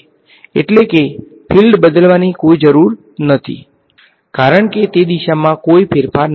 એટલે કે ફિલ્ડ બદલવાની કોઈ જરૂર નથી કારણ કે તે દિશામાં કોઈ ફેરફાર નથી